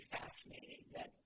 fascinating—that